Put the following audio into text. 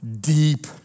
deep